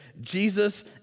Jesus